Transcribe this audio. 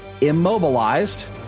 immobilized